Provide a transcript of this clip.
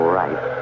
right